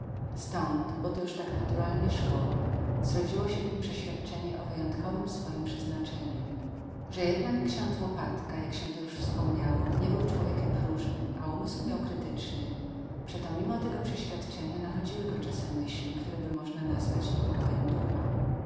stąd bo to już tak naturalnie szło zrodziło się w nim przeświadczenie o wyjątkowym swoim przeznaczeniu że jednak ksiądz łopatka jak się już wspomniało nie był człowiekiem próżnym a umysł miał krytyczny przeto mimo tego przeświadczenia nachodziły go czasem myśli które by nazwać można niepokojem ducha